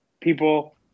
people